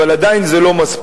אבל עדיין זה לא מספיק.